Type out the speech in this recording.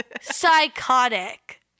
psychotic